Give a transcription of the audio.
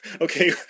okay